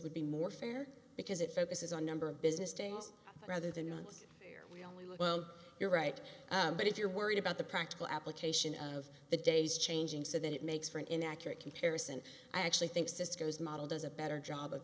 would be more fair because it focuses on number of business things rather than as we only look well you're right but if you're worried about the practical application of the day's changing so that it makes for an inaccurate comparison i actually think cisco's model does a better job of